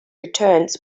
returns